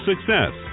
success